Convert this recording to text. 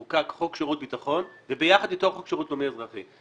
חוקק חוק שירות ביטחון וביחד איתו חוק שירות לאומי אזרחי.